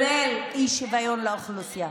כולל האי-שוויון לאוכלוסייה.